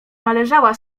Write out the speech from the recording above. należała